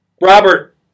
Robert